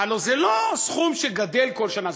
הלוא זה לא סכום שגדל כל שנה.